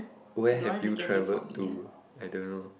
where have you traveled to I don't know